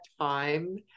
time